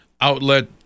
outlet